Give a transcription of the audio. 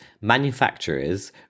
manufacturers